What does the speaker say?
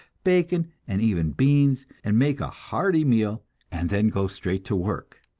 bacon, and even beans, and make a hearty meal and then go straight to work.